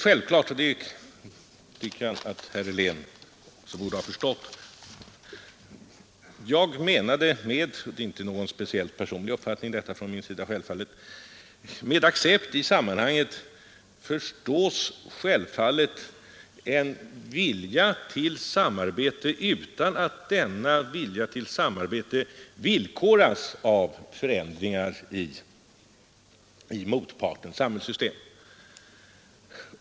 Jag tycker att herr Helén borde ha förstått att jag med accept i sammanhanget självfallet menade — och det är inte någon speciell personlig uppfattning från min sida — en vilja till samarbete utan att denna vilja till samarbete villkoras av förändringar i motpartens samhällssystem.